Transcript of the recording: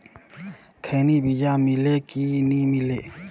खैनी बिजा मिले कि नी मिले?